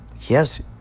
Yes